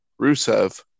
Rusev